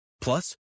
Plus